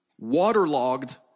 waterlogged